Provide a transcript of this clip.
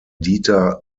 dieter